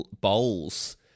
bowls